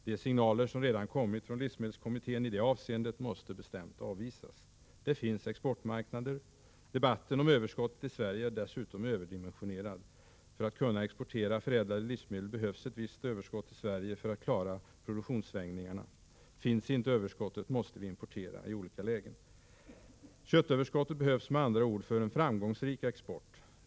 De signaler som redan har kommit från livsmedelskommittén i det avseendet måste bestämt avvisas. Det finns exportmarknader. Debatten om överskottet i Sverige är dessutom överdramatiserad. För att kunna exportera förädlade livsmedel behövs ett visst överskott i Sverige för att klara produktionssvängningarna. Finns inte överskottet måste vi i olika lägen importera. Köttöverskottet behövs med andra ord för en framgångsrik export.